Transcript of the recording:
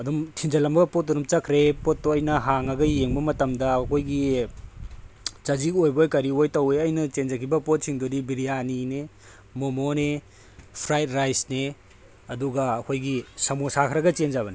ꯑꯗꯨꯝ ꯊꯤꯟꯖꯜꯂꯝꯃꯒ ꯄꯣꯠꯇꯣ ꯑꯗꯨꯝ ꯆꯠꯈ꯭ꯔꯦ ꯄꯣꯠꯇꯣ ꯑꯩꯅ ꯍꯥꯡꯉꯒ ꯌꯦꯡꯕ ꯃꯇꯝꯗ ꯑꯩꯈꯣꯏꯒꯤ ꯆꯖꯤꯛ ꯑꯣꯏꯕꯣꯏ ꯀꯔꯤꯑꯣꯏ ꯇꯧꯋꯦ ꯑꯩꯅ ꯆꯦꯟꯖꯈꯤꯕ ꯄꯣꯠꯁꯤꯡꯗꯨꯗꯤ ꯕ꯭ꯔꯤꯌꯥꯅꯤꯅꯦ ꯃꯣꯃꯣꯅꯦ ꯐ꯭ꯔꯥꯏ ꯔꯥꯏꯁꯅꯦ ꯑꯗꯨꯒ ꯑꯩꯈꯣꯏꯒꯤ ꯁꯃꯣꯁꯥ ꯈꯔꯒ ꯆꯦꯟꯖꯕꯅꯦ